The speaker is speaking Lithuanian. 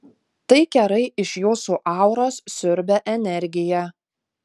tai kerai iš jūsų auros siurbia energiją